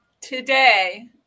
today